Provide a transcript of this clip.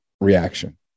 reaction